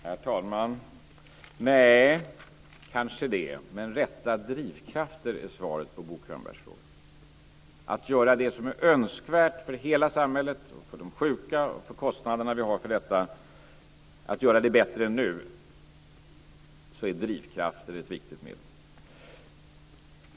Herr talman! Nej, kanske det. Men rätta drivkrafter är svaret på Bo Könbergs fråga. För att göra det som är önskvärt för hela samhället, för de sjuka och för kostnaderna som vi har för detta, och för att göra det bättre än det är nu så är drivkrafter ett viktigt medel.